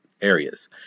areas